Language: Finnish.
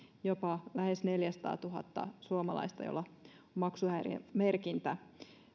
jopa lähes neljääsataatuhatta suomalaista joilla on maksuhäiriömerkintä